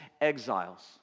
exiles